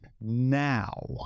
now